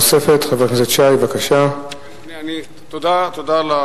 מג'אדלה, בבקשת סח'נין להרחבת שטח השיפוט שלה